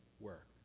work